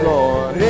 Lord